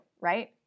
right